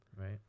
right